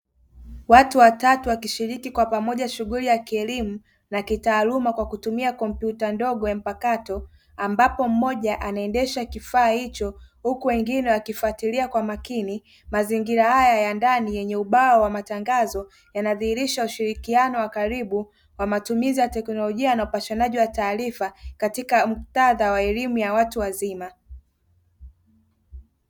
Watu watatu wakishiriki kwa pamoja shughuri ya kielimu na kitaaluma kwa kutumia kompyuta ndogo ya mpakato ambapo moja anaendesha kifaa hicho huku wengine wakifuatillia kwa makini. Mazingira haya ya ndani yenye ubao wa matangazo yanadhihirisha ushirikiano wa karibu wa matumizi ya tekinolojia na upashanaji wa taarifa katika muktadha wa elimu ya watu wazima.